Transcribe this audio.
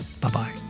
Bye-bye